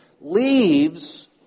leaves